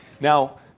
Now